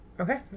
Okay